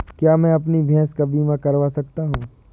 क्या मैं अपनी भैंस का बीमा करवा सकता हूँ?